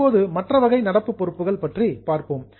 இப்போது மற்ற வகை நடப்பு பொறுப்புகள் பற்றி பார்ப்போம்